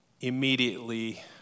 immediately